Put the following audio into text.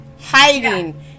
hiding